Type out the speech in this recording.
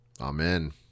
Amen